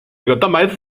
蛋白质